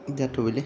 जाथ'बायलै